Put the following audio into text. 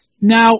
Now